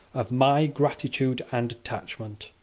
of my gratitude and attachment.